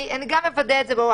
אני אוודא את זה.